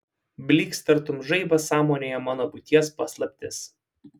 blykst tartum žaibas sąmonėje mano būties paslaptis